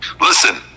listen